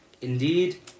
Indeed